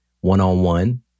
one-on-one